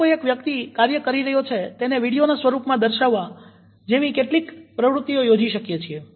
આપણે કોઈ એક વ્યક્તિ કાર્ય કરી રહ્યો છે તેને વિડીયોનાં સ્વરૂપમાં દર્શાવવા જેવી કેટલીક પ્રવૃતિઓ યોજી શકીએ છીએ